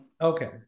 Okay